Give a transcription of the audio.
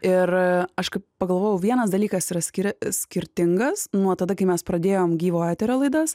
ir aš pagalvojau vienas dalykas yra skiria skirtingas nuo tada kai mes pradėjom gyvo eterio laidas